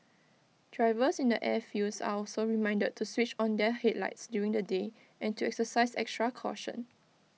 drivers in the airfields are also reminded to switch on their headlights during the day and to exercise extra caution